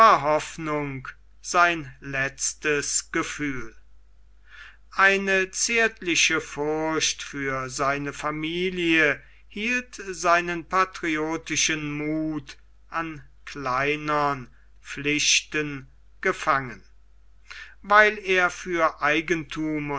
hoffnung sein letztes gefühl eine zärtliche furcht für seine familie hielt seinen patriotischen muth an kleinern pflichten gefangen weil er für eigenthum